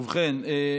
ובכן,